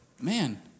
man